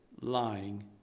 lying